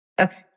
Okay